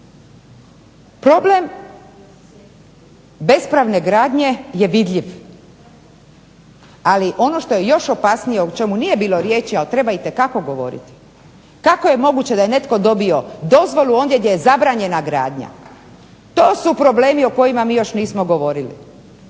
Problem bespravne gradnje je vidljiv, ali ono što je još opasnije o čemu nije bilo riječi, a treba itekako govoriti kako je moguće da je netko dobio dozvolu ondje gdje je zabranjena gradnja? To su problemi o kojima mi još nismo govorili.